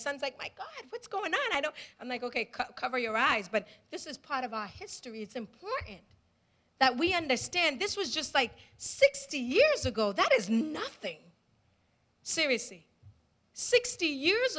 son's like what's going on i know i'm like ok cover your eyes but this is part of our history it's important that we understand this was just like sixty years ago that is nothing serious sixty years